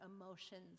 emotions